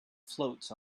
floats